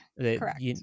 correct